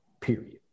period